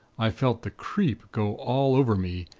i felt the creep go all over me,